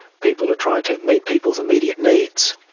people are trying to meet people's immediate needs,